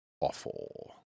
awful